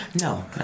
No